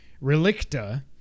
Relicta